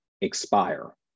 expire